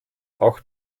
auch